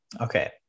Okay